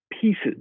pieces